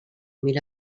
mil